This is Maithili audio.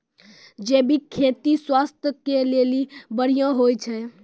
जैविक खेती स्वास्थ्य के लेली बढ़िया होय छै